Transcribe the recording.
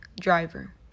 Driver